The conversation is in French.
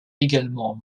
également